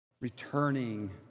Returning